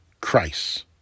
Christ